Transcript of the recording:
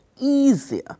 easier